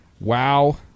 wow